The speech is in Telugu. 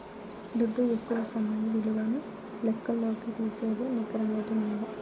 దుడ్డు యొక్క సమయ విలువను లెక్కల్లోకి తీసేదే నికర నేటి ఇలువ